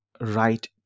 right